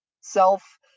self